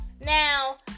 Now